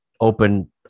open